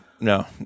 No